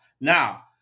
Now